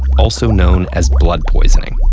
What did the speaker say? also known as blood poisoning.